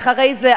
ואחרי זה,